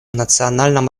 национальном